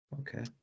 Okay